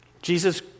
Jesus